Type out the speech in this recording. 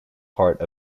part